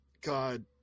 God